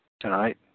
tonight